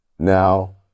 Now